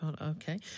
Okay